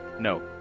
No